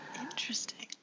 Interesting